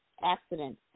accident